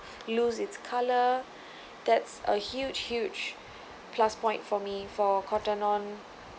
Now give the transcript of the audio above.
lose it's color that's a huge huge plus point for me for Cotton On